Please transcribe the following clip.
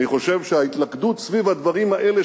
אני חושב שההתלכדות סביב הדברים האלה,